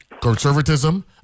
conservatism